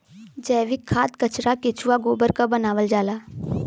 जैविक खाद कचरा केचुआ गोबर क बनावल जाला